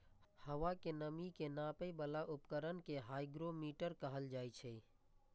हवा के नमी के नापै बला उपकरण कें हाइग्रोमीटर कहल जाइ छै